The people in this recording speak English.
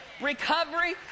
recovery